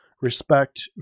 respect